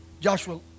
Joshua